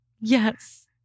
Yes